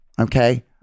Okay